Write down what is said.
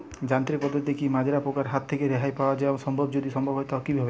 যান্ত্রিক পদ্ধতিতে কী মাজরা পোকার হাত থেকে রেহাই পাওয়া সম্ভব যদি সম্ভব তো কী ভাবে?